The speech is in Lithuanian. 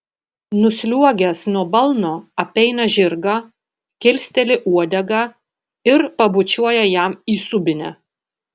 nusliuogęs nuo balno apeina žirgą kilsteli uodegą ir pabučiuoja jam į subinę